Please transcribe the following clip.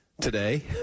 today